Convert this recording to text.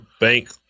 bank